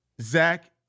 Zach